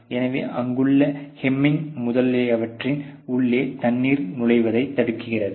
எனவே அங்குள்ள ஹேமிங் முதலியவற்றின் உள்ளே தண்ணீர் நுழைவதைத் தடுக்கிறது